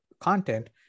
content